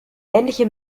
ähnliche